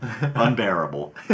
Unbearable